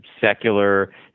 secular